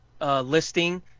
Listing